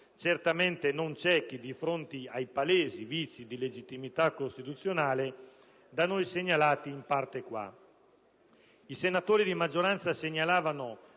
certamente non ciechi di fronte ai palesi vizi di legittimità costituzionale da noi segnalati *in parte qua*. I senatori di maggioranza segnalavano